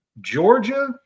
Georgia